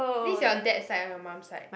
this is your dad side or your mum's side